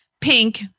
pink